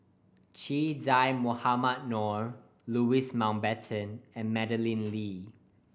Che Dah Mohamed Noor Louis Mountbatten and Madeleine Lee